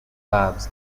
verbs